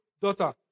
daughter